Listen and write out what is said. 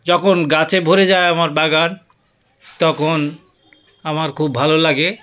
যখন গাছে ভরে যায় আমার বাগান তখন আমার খুব ভালো লাগে